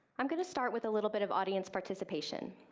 i'm going to start with a little bit of audience participation.